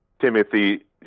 Timothy